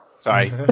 Sorry